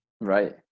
Right